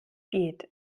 geht